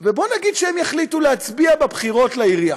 בואו נגיד שהם יחליטו להצביע בבחירות לעירייה.